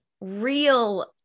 real